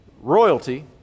royalty